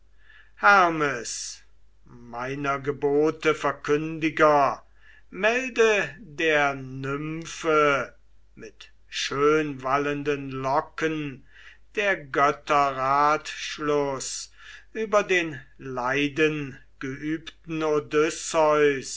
hermes meiner gebote verkündiger melde der nymphe mit schönwallenden locken der götter heiligen ratschluß über den leidengeübten